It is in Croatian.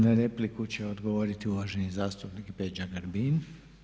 Na repliku će odgovoriti uvaženi zastupnik Peđa Grbin.